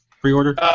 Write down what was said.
pre-order